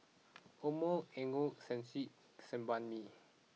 Omron Ego Sunsense and Sebamed